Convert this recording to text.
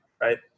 right